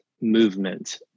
movement